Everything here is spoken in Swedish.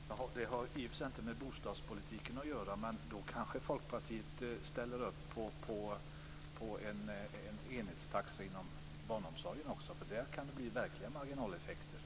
Fru talman! Det har i och för sig inte med bostadspolitiken att göra, men då kanske Folkpartiet också ställer upp på en enhetstaxa inom barnomsorgen. Där kan det bli verkliga marginaleffekter.